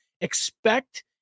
expect